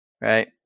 right